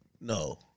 No